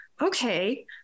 okay